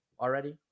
already